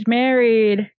married